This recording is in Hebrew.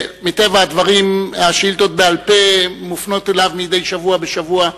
שמטבע הדברים השאילתות בעל-פה מופנות אליו מדי שבוע בשבוע,